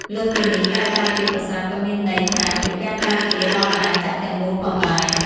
លើសពីនេះ ការការពារប្រាសាទក៏មានន័យថាជាការការពារដល់អាណាចក្រទាំងមូលផងដែរ។